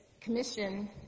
commission